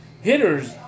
hitters